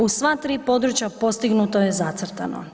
U sva tri područja postignuto je zacrtano.